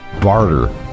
barter